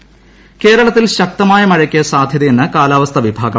മഴ കേരളത്തിൽ ശക്തമായ മഴയ്ക്ക് സാധൃതയെന്ന് കാലാവസ്ഥാ വിഭാഗം